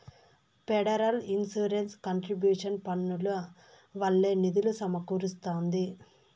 federal insurance contribution పన్నుల వల్లే నిధులు సమకూరస్తాంది